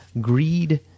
greed